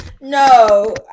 No